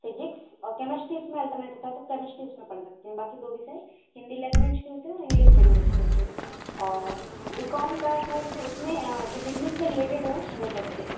physics और chemistry इसमें alternate होता है तो केमिस्ट्री उसमें पढ़ सकते हैं बाकि दो विषय हिंदी लैंग्वेज के होते हैं और इंग्लिश लैंग्वेज के होते हैं और बी कॉम का ऐसा कि उसमें जो बिजनेस से रिलेटेड है वो पढ़ते हैं